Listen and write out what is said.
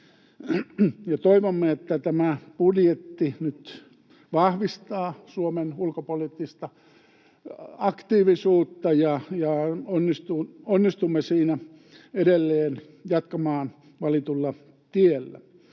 Toivomme, että tämä budjetti nyt vahvistaa Suomen ulkopoliittista aktiivisuutta ja onnistumme siinä edelleen jatkamaan valitulla tiellä.